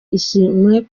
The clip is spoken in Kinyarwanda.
ishimwe